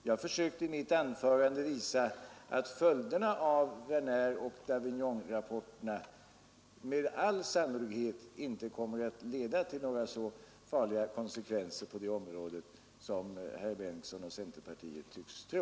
Jag försökte i mitt anförande visa att följderna av Werneroch Davignonrapporterna med all sannolikhet inte kommer att leda till så farliga konsekvenser på det området som herr Bengtson och centerpartiet tycks tro.